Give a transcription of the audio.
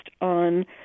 on